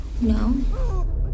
No